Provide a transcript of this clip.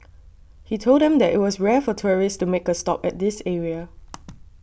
he told them that it was rare for tourists to make a stop at this area